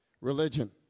religion